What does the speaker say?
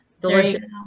Delicious